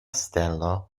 stelo